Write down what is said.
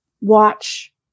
watch